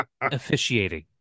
Officiating